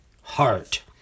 heart